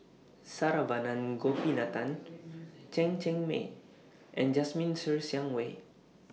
Saravanan Gopinathan Chen Cheng Mei and Jasmine Ser Xiang Wei